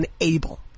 unable